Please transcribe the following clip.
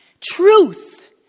Truth